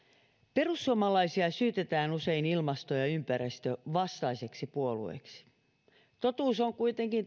perussuomalaisia syytetään usein ilmasto ja ympäristövastaiseksi puolueeksi totuus on kuitenkin